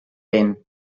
vent